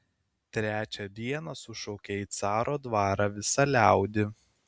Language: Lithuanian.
trečią dieną sušaukė į caro dvarą visą liaudį